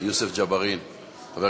חבר הכנסת יוסף ג'בארין, בבקשה.